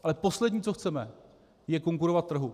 Ale poslední, co chceme, je konkurovat trhu.